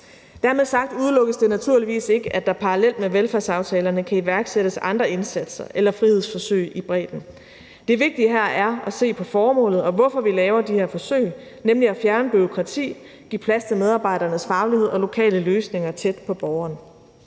Dermed sagt udelukkes det naturligvis ikke, at der parallelt med velfærdsaftalerne kan iværksættes andre indsatser eller frihedsforsøg i bredden. Det vigtige her er at se på formålet, og hvorfor vi laver de her forsøg, nemlig at fjerne bureaukrati, give plads til medarbejdernes faglighed og lokale løsninger tæt på borgerne.